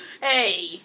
Hey